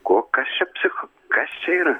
ko kas čia psicho kas čia yra